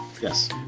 Yes